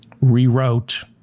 rewrote